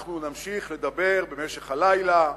אנחנו נמשיך לדבר במשך הלילה,